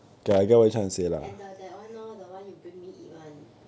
and the that one lor the one you bring me eat [one]